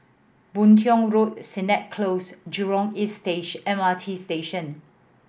Boon Tiong Road Sennett Close Jurong East stage M R T Station